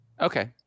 Okay